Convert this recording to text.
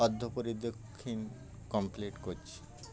অর্ধ পরিদক্ষিণ কমপ্লিট করছ